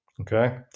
okay